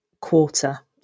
quarter